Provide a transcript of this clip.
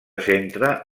centra